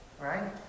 Right